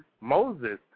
moses